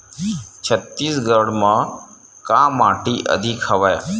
छत्तीसगढ़ म का माटी अधिक हवे?